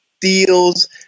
deals